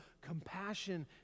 Compassion